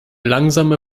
langsame